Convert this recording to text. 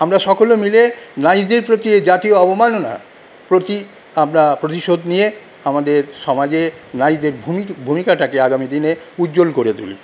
আমরা সকলে মিলে নারীদের প্রতি এই জাতীয় অবমাননা প্রতি আমরা প্রতিশোধ নিয়ে আমাদের সমাজে নারীদের ভূমি ভূমিকাটাকে আগামীদিনে উজ্জ্বল করে তুলি